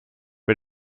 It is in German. mit